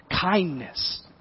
kindness